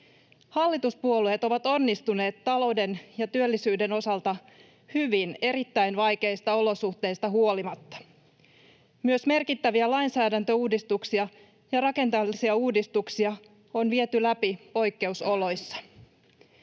Hallituspuolueet ovat onnistuneet talouden ja työllisyyden osalta hyvin erittäin vaikeista olosuhteista huolimatta. Myös merkittäviä lainsäädäntöuudistuksia ja rakenteellisia uudistuksia on viety läpi poikkeusoloissa.